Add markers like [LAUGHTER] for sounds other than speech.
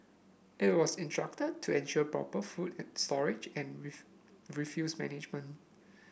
it was instructed to ensure proper food at storage and [UNINTELLIGIBLE] refuse management